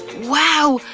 wow!